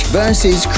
versus